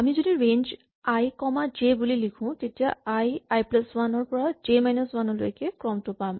আমি যদি range I comma J লিখো তেতিয়া আই আই প্লাচ ৱান ৰ পৰা জে মাইনাচ ৱান লৈকে ক্ৰমটো পাম